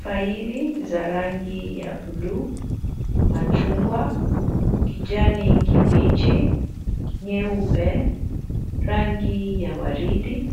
Faili za rangi ya buluu, machungwa, kijani kibichi, nyeupe, rangi ya waridi